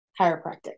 chiropractic